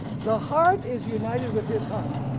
the heart is united with his heart,